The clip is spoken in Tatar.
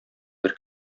бер